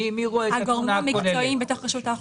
מי רואה את התמונה הכוללת?